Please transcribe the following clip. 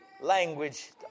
language